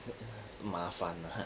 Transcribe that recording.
麻烦得很